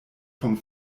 vom